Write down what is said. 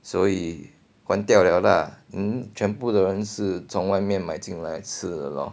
所以关掉了啦 全部的人是从外面买进来吃的咯